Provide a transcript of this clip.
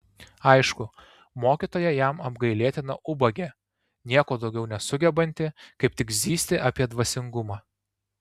aišku mokytoja jam apgailėtina ubagė nieko daugiau nesugebanti kaip tik zyzti apie dvasingumą